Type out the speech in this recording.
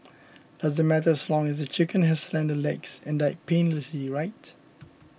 doesn't matter as long as the chicken has slender legs and died painlessly right